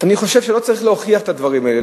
אני חושב שלא צריך להוכיח את הדברים האלה,